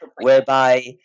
whereby